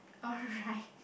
alright